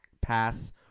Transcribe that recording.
pass